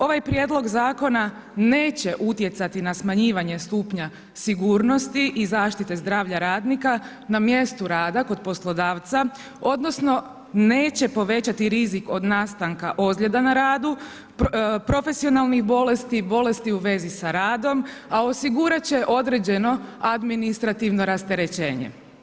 Ovaj prijedlog zakona neće utjecati na smanjivanje stupnja sigurnosti i zaštite zdravlja radnika na mjestu rada kod poslodavca, odnosno neće povećati rizik od nastanka ozljeda na radu, profesionalnih bolesti i bolesti u vezi sa radom a osigurat će određeno administrativno rasterećenje.